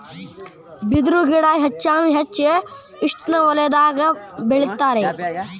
ಬಿದರು ಗಿಡಾ ಹೆಚ್ಚಾನ ಹೆಚ್ಚ ಉಷ್ಣವಲಯದಾಗ ಬೆಳಿತಾರ